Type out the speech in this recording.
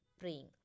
praying